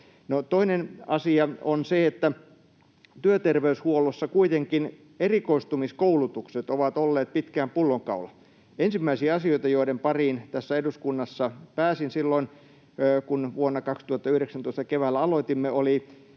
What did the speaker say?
Toinen asia on se, että työterveyshuollossa kuitenkin erikoistumiskoulutukset ovat olleet pitkään pullonkaula. Ensimmäisiä asioita, joiden pariin täällä eduskunnassa pääsin silloin, kun vuonna 2019 keväällä aloitimme, oli